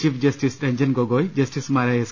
chief justice Ranjan Gogoi ജസ്റ്റിസുമാരായ S